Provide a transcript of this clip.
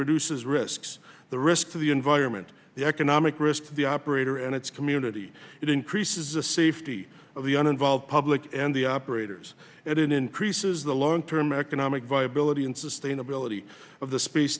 reduces risks the risk to the environment the economic risk to the operator and its community it increases the safety of the un involved public and the operators it increases the long term economic viability and sustainability of the space